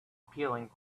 peeling